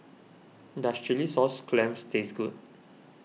does Chilli Sauce Clams taste good